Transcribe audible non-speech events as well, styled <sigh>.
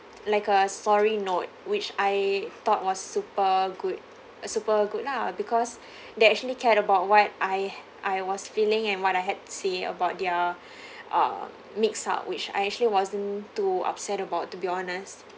like a sorry note which I thought was super good uh super good lah because they actually cared about what I I was feeling and what I had to say about their <breath> uh mix-up which I actually wasn't too upset about to be honest